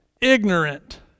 Ignorant